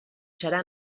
serà